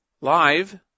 live